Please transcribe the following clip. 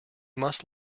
must